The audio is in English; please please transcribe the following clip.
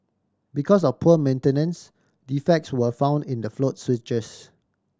because of poor maintenance defects were found in the float switches